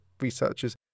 researchers